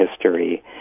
history